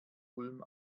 ulm